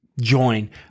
join